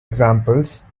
examples